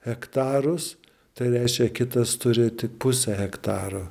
hektarus tai reiškia kitas turi tik pusę hektaro